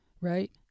Right